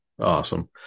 Awesome